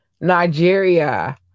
Nigeria